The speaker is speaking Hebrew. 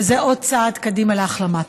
וזה עוד צעד קדימה להחלמה.